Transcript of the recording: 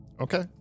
Okay